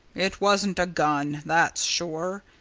it wasn't a gun that's sure.